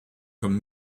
comme